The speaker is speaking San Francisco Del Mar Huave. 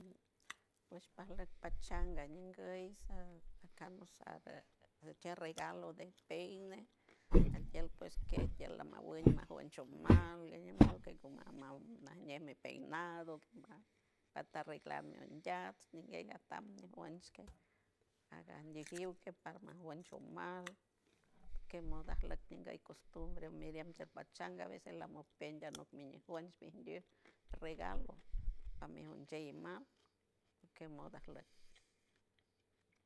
Puesh palow pachanga ñingoysa ucalasade guche regalo de peine alquel pues que di la mangueyma juencho mal limodo que niayey mi peinado falta arreglar mi undiax ñilei natac na guenshke aganmijiut keparma guencho mas que moda alock anguey costumbre mediante pachanga aveces la mujer yano meñacuensh penguiel regalo pamiein nacuensh limau ke moda ajlock